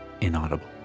inaudible